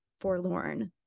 forlorn